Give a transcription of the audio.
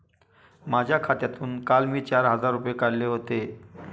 माझ्या खात्यातून काल मी चार हजार रुपये काढले होते